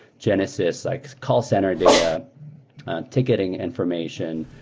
genesis, likes call center data to getting information,